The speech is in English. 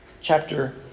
Chapter